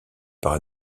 par